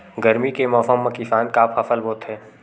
गरमी के मौसम मा किसान का फसल बोथे?